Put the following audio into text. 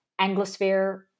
anglosphere